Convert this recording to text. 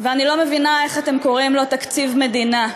ואני לא מבינה איך אתם קוראים לו תקציב מדינה.